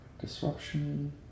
Disruption